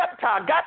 got